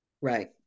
Right